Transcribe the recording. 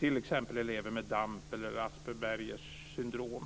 t.ex. elever med DAMP eller Aspergers syndrom.